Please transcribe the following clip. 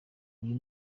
uyu